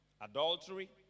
adultery